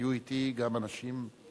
היו אתי גם חרדים.